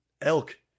elk